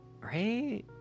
Right